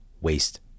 waste